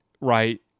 right